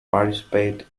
participate